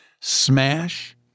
smash